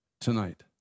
Tonight